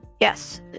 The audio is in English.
Yes